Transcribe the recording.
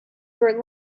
were